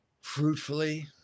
fruitfully